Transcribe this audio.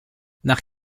nach